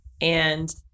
and-